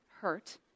hurt